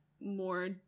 more